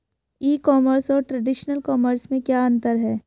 ई commerce और traditional commerce में क्या अंतर है?